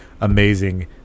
amazing